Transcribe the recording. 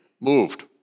moved